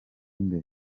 imbere